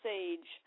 Sage